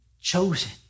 chosen